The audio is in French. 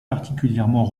particulièrement